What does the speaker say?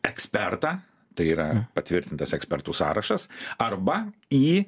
ekspertą tai yra patvirtintas ekspertų sąrašas arba į